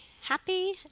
happy